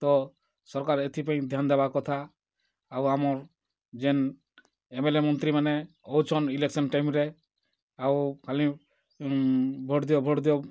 ତ ସରକାର୍ ଏଥିପାଇଁ ଧ୍ୟାନ୍ ଦେବାର୍ କଥା ଆଉ ଆମର୍ ଯେନ୍ ଏମ୍ଏଲ୍ଏ ମନ୍ତ୍ରୀମାନେ ଆଉଛନ୍ ଇଲେକ୍ସନ୍ ଟାଇମ୍ରେ ଆଉ ଖାଲି ଭୋଟ୍ ଦିଅ ଭୋଟ୍ ଦିଅ